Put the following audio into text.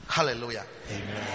Hallelujah